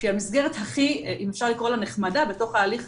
שהיא המסגרת הכי אם אפשר לקרוא לה נחמדה בתוך ההליך